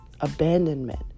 abandonment